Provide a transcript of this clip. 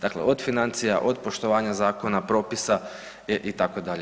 Dakle, od financija, od poštovanja zakona, propisa itd.